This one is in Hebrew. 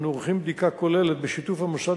אנו עורכים בדיקה כוללת בשיתוף המוסד